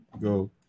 go